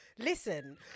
Listen